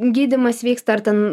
gydymas vyksta ar ten